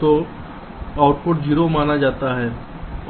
तो आउटपुट 0 माना जाता है